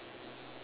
oh ya